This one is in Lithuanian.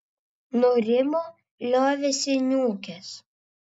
nurimo liovėsi niūkęs